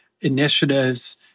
initiatives